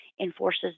enforces